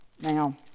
Now